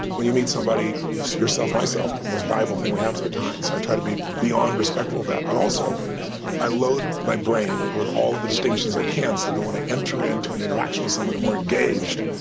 when you meet somebody yourself myself, the most valuable thing we have is our time. so i try to be beyond respectful of that, but also i load my brain with all the distinctions i can so that when i enter in to an interaction with someone and we're engaged,